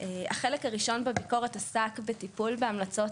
החלק הראשון בביקורת עסק בטיפול בהמלצות